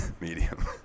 medium